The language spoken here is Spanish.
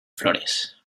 flores